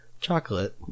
chocolate